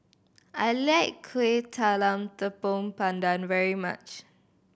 I like Kueh Talam Tepong Pandan very much